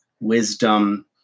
wisdom